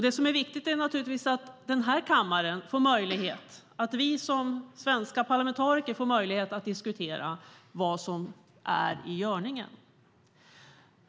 Det som är viktigt är att denna kammare och vi som svenska parlamentariker får möjlighet att diskutera vad som är i görningen.